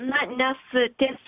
na nes ties